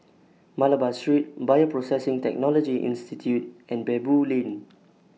Malabar Street Bioprocessing Technology Institute and Baboo Lane